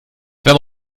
wenn